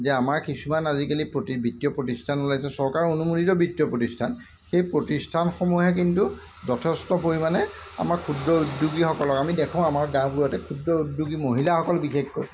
যে আমাৰ কিছুমান আজিকালি প্ৰতি বৃত্তীয় প্ৰতিষ্ঠান ওলাইছে চৰকাৰৰ অনুমোদিত বিত্তীয় প্ৰতিষ্ঠান সেই প্ৰতিষ্ঠানসমূহে কিন্তু যথেষ্ট পৰিমাণে আমাৰ ক্ষুদ্ৰ উদ্যোগীসকলক আমি দেখোঁ আমাৰ গাঁওবোৰতে ক্ষুদ্ৰ উদ্যোগী মহিলাসকল বিশেষকৈ